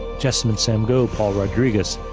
jesamyn sam go, paul rodrigues,